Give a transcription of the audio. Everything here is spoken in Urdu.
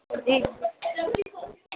جی